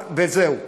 וזהו: